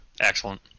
Excellent